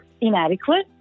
inadequate